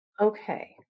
Okay